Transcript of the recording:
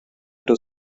into